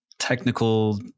technical